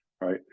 Right